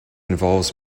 involves